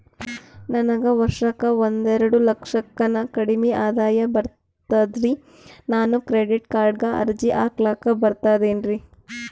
ನನಗ ವರ್ಷಕ್ಕ ಒಂದೆರಡು ಲಕ್ಷಕ್ಕನ ಕಡಿಮಿ ಆದಾಯ ಬರ್ತದ್ರಿ ನಾನು ಕ್ರೆಡಿಟ್ ಕಾರ್ಡೀಗ ಅರ್ಜಿ ಹಾಕ್ಲಕ ಬರ್ತದೇನ್ರಿ?